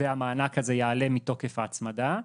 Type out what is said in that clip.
והמענק הזה יעלה מתוקף ההצמדה,